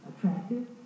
Attractive